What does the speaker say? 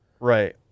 Right